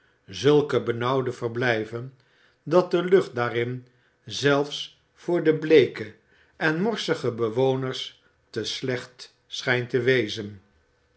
zulke benauwde verblijven dat de lucht daarin zelfs voor de bleeke en morsige bewoners te slecht schijnt te wezen